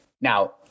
Now